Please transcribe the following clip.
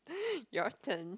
your turn